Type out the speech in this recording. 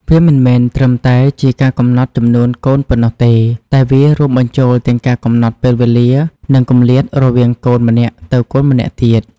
វាមិនមែនត្រឹមតែជាការកំណត់ចំនួនកូនប៉ុណ្ណោះទេ តែវារួមបញ្ចូលទាំងការកំណត់ពេលវេលា និងគម្លាតរវាងកូនម្នាក់ទៅកូនម្នាក់ទៀត។